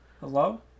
hello